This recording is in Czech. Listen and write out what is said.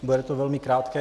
Bude to velmi krátké.